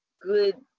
good